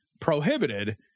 prohibited